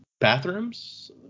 bathrooms